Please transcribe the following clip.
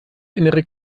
innere